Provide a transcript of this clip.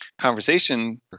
conversation